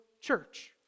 church